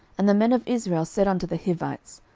and the men of israel said unto the hivites,